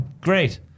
Great